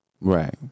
right